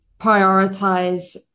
prioritize